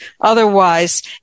Otherwise